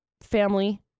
family